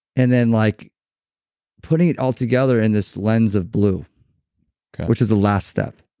and then like putting it all together in this lens of blue which is the last step.